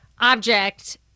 object